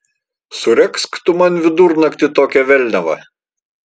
suregzk tu man vidurnaktį tokią velniavą